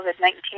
COVID-19